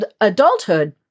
adulthood